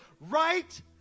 right